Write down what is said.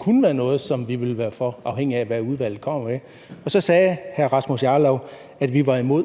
kunne være noget, som vi ville være for, afhængigt af hvad udvalget kommer med. Så sagde hr. Rasmus Jarlov, at vi er imod